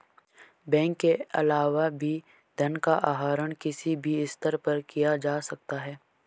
bank के अलावा भी धन का आहरण किसी भी स्तर पर किया जा सकता है